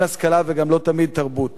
אין השכלה וגם לא תמיד תרבות.